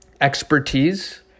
expertise